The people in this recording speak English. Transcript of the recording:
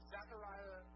Zechariah